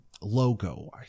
logo